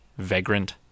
Vagrant